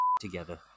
together